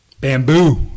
Bamboo